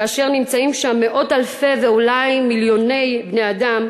כאשר נמצאים שם מאות אלפי ואולי מיליוני בני-אדם,